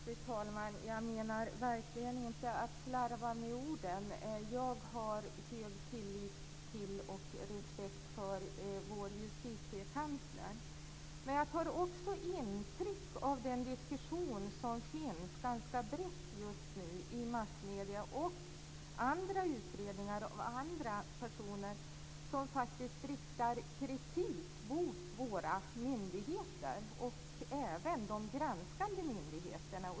Fru talman! Jag menar verkligen inte att slarva med orden. Jag har stor tillit till och respekt för vår justitiekansler, men jag tar också intryck av den diskussion som finns ganska brett just nu i massmedierna och utredningar av andra personer som faktiskt riktar kritik mot våra myndigheter, även de granskande myndigheterna.